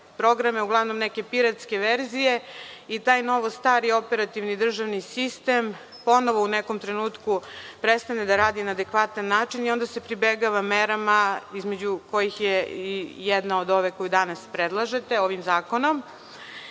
uglavnom neke piratske verzije, i taj novo-stari operativni državni sistem ponovo u nekom trenutku prestane da radi na adekvatan način i onda se pribegava merama, između kojih je i jedna od ove koju danas predlažete ovim zakonom,